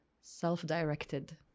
self-directed